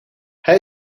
hij